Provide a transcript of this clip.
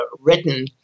written